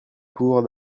pouvoir